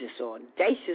audacious